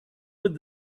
with